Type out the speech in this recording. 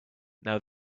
now